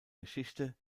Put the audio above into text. geschichte